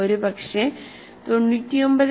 ഒരുപക്ഷേ 99